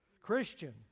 Christian